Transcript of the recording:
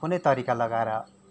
कुनै तरिका लगाएर